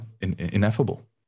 ineffable